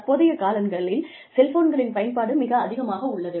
தற்போதைய காலங்களில் செல்ஃபோன்களின் பயன்பாடு மிக அதிகமாக உள்ளது